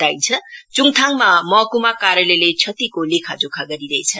बताइन्छ चुङथाङमा महकुमा कार्यालयले क्षतिको लेखाजोखा गरिरहेछ